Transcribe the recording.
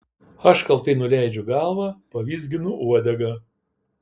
aš kaltai nuleidžiu galvą pavizginu uodegą